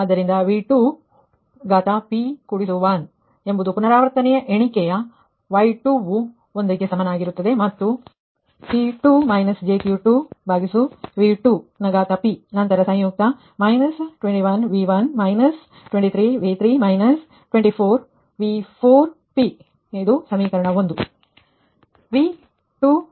ಆದ್ದರಿಂದ V2P1 ಎಂಬುದು ಪುನರಾವರ್ತನೆಯ ಎಣಿಕೆಯ Y2'ವು '1' ಕ್ಕೆ ಸಮನಾಗಿರುತ್ತದೆ ಮತ್ತು P2−jQ2V2 ನಂತರ ಸಂಯುಕ್ತ −Y21V1 − Y23V3 − Y24V4p ಇದು ಸಮೀಕರಣ1